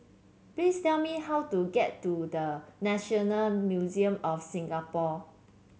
please tell me how to get to The National Museum of Singapore